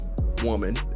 woman